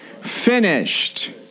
finished